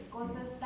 Cosas